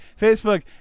Facebook